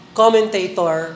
commentator